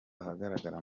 ahagaragara